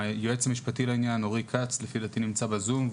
היועץ המשפטי לעניין אורי כץ לפי דעתי נמצא בזום.